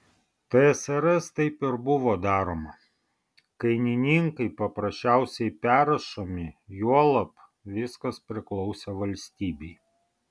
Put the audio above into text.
tsrs taip ir buvo daroma kainininkai paprasčiausiai perrašomi juolab viskas priklausė valstybei